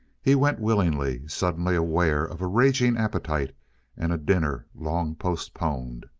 he went willingly, suddenly aware of a raging appetite and a dinner long postponed.